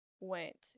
went